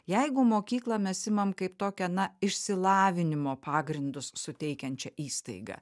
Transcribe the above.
jeigu mokyklą mes imam kaip tokią na išsilavinimo pagrindus suteikiančią įstaigą